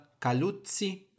Caluzzi